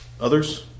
others